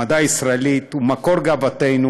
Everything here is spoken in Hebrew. המדע הישראלי הוא מקור גאוותנו.